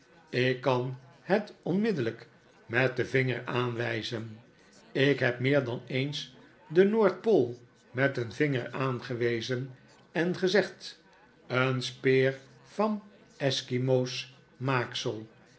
ik kan het onmiddellyk met den vinger aanwyzen ik heb meer dan eens de noord-pool met den vinger aangewezen en gezegd een speer van esquimoosch maaksel